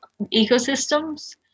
ecosystems